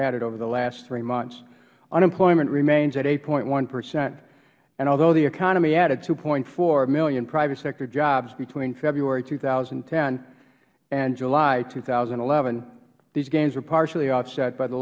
added over the last three months unemployment remains at eight point one percent and although the economy added two four million private sector jobs between february two thousand and ten and july two thousand and eleven these gains were partially offset by the